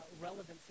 relevancy